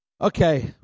Okay